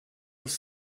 als